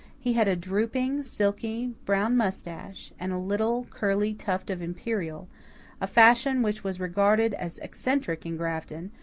he had a drooping, silky, brown moustache, and a little curly tuft of imperial a fashion which was regarded as eccentric in grafton,